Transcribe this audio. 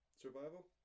Survival